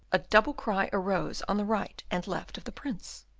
a double cry arose on the right and left of the prince.